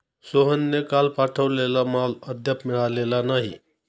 सोहनने काल पाठवलेला माल अद्याप मिळालेला नाही